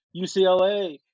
UCLA